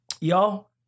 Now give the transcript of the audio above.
Y'all